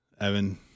Evan